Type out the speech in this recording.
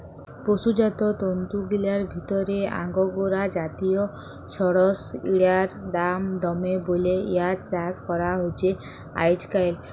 পসুজাত তন্তুগিলার ভিতরে আঙগোরা জাতিয় সড়সইড়ার দাম দমে বল্যে ইয়ার চাস করা হছে আইজকাইল